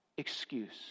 excuse